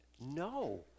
No